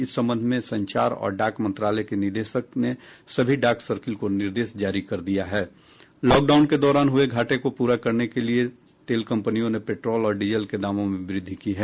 इस संबंध में संचार और डाक मंत्रालय के निदेशक ने सभी डाक सर्किल को निर्देश जारी कर दिया है लॉकडाउन के दौरान हुए घाटे को पूरा करने के लिए तेल कंपनियों ने पेट्रोल और डीजल के दामों में वृद्धि की है